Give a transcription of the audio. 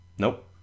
Nope